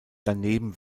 daneben